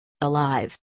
Alive